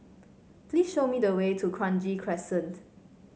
please show me the way to Kranji Crescent